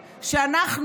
אנחנו,